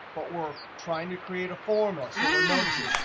but we're trying to create a formula. so we're noticing,